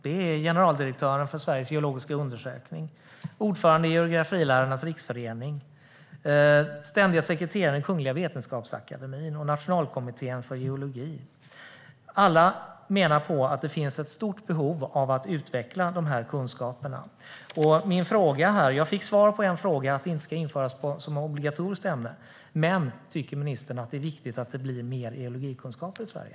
Det var generaldirektören för Sveriges geologiska undersökning, ordföranden i Geografilärarnas Riksförening, ständiga sekreteraren i Kungliga Vetenskapsakademien och Svenska nationalkommittén för geologi. Alla menar att det finns ett stort behov av att utveckla de här kunskaperna. Svaret från ministern på min fråga var att geologi inte ska införas som obligatoriskt ämne. Men tycker ministern att det är viktigt med mer geologikunskaper i Sverige?